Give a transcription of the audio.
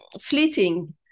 fleeting